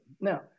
Now